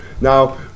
Now